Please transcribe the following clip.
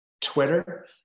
Twitter